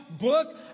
book